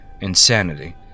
insanity